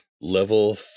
Level